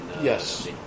Yes